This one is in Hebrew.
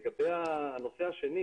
לגבי הנושא השני